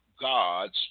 God's